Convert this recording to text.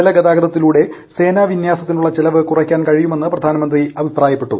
ജലഗതാഗതത്തിലൂടെ സേനാ വിന്യാസത്തിനുള്ള ചെലവ് കുറയ്ക്കാൻ കഴിയുമെന്ന് പ്രധാനമന്ത്രി പറഞ്ഞു